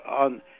on